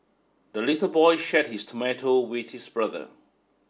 the little boy shared his tomato with his brother